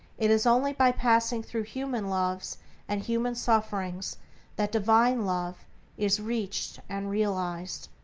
it is only by passing through human loves and human sufferings that divine love is reached and realized.